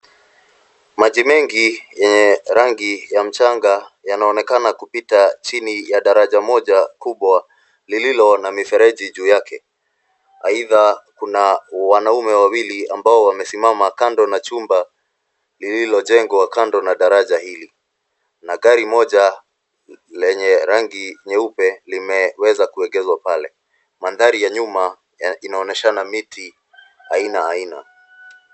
Maji mengi nyenye rangi ya mchanga yanaonekana kupita chini ya daraja moja kubwa lililo na mifereji juu yake. Aidha kuna wanaume wawili ambao wamesimama kando na chumba lililojengwa kando na daraja hili na gari moja lenye rangi nyeupe limeweza kuegeshwa pale. Manthari ya nyuma inaoneshana miti aina aina.